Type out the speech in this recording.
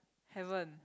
haven't